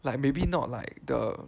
like maybe not like the